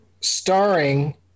starring